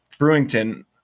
Brewington